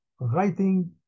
writing